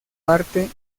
parte